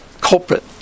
culprit